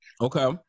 Okay